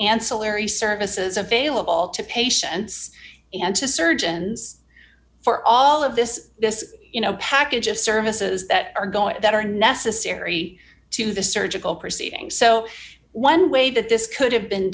ancillary services available to patients and to surgeons for all of this this you know package of services that are going to that are necessary to the surgical proceedings so one way that this could have been